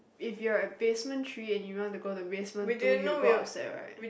if you're at basement three and you want to go to basement two you will go upstairs right